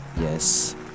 Yes